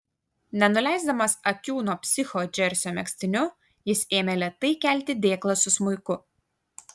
nenuleisdamas akių nuo psicho džersio megztiniu jis ėmė lėtai kelti dėklą su smuiku